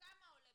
כמה עולה,